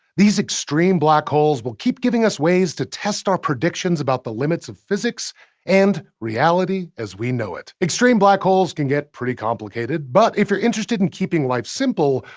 these extreme black holes will keep giving us ways to test our predictions about the limits of physics and reality as we know it. extreme black holes can get pretty complicated, but if you're interested in keeping life simple,